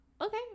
okay